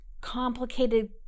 complicated